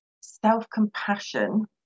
self-compassion